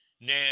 Now